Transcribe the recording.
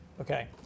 Okay